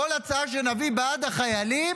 כל הצעה שנביא בעד החיילים,